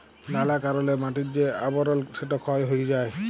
লালা কারলে মাটির যে আবরল সেট ক্ষয় হঁয়ে যায়